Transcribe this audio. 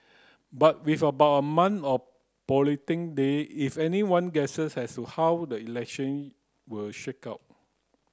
but with about a month a day if anyone guesses as to how the election will shake out